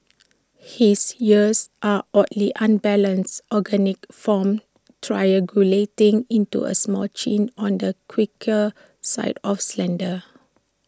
his ears are oddly unbalanced organic forms triangulating into A smooth chin on the quirkier side of slender